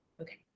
okay